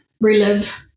relive